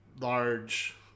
large